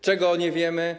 Czego nie wiemy?